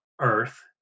earth